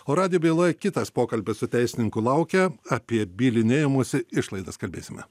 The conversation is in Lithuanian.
o radijo byloj kitas pokalbis su teisininku laukia apie bylinėjimosi išlaidas kalbėsime